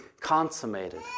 consummated